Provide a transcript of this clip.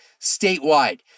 statewide